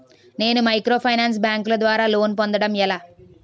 నేను మైక్రోఫైనాన్స్ బ్యాంకుల ద్వారా లోన్ పొందడం ఎలా?